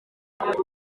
muri